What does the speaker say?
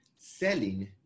Selling